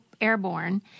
airborne